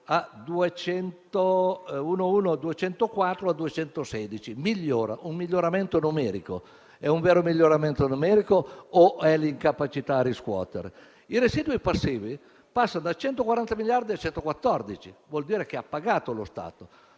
miliardi a 216 miliardi: un miglioramento numerico. È un vero miglioramento numerico o è l'incapacità di riscuotere? I residui passivi passano da 140 miliardi a 114 miliardi: vuol dire che lo Stato ha pagato.